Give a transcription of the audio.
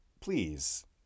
please